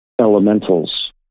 elementals